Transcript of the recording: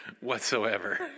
whatsoever